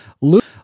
Luke